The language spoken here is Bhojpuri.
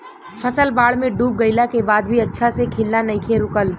फसल बाढ़ में डूब गइला के बाद भी अच्छा से खिलना नइखे रुकल